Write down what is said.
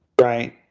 right